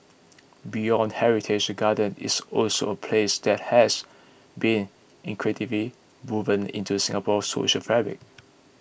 beyond heritage the gardens is also a place that has been intricately woven into Singapore's social fabric